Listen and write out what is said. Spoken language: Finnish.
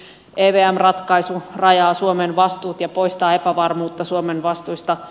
evm ratkaisu rajaa suomen vastuut ja poistaa epävarmuutta suomen vastuista